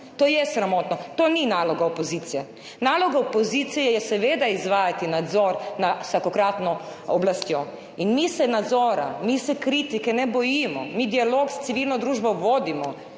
To je sramotno, to ni naloga opozicije. Naloga opozicije je, seveda, izvajati nadzor nad vsakokratno oblastjo in mi se nadzora, mi se kritike ne bojimo, mi vodimo dialog s civilno družbo.